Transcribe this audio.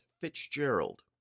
Fitzgerald